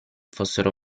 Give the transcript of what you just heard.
fossero